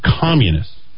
communists